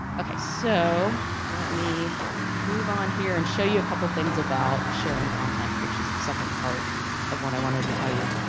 okay so let me move on here and show you a couple of things about sharing content which is the second part of what i wanted to tell you.